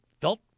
felt